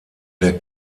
der